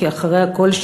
כי אחרי הכול,